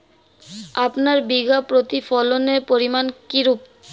আপনার বিঘা প্রতি ফলনের পরিমান কীরূপ?